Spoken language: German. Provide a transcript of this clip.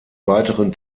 weiteren